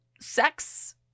sex